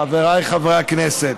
חבריי חברי הכנסת,